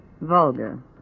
Vulgar